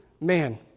man